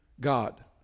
God